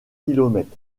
kilomètres